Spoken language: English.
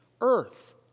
earth